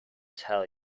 tell